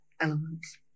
elements